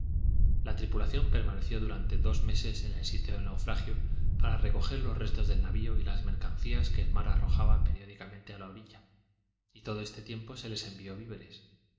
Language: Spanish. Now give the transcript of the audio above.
la tripulación permaneció durante dos meses en el sitio del naufragio para recoger los restos del navio y las mercancias que el mar arrojaba periódicamente a la orilla y todo este tiempo se les envió viveres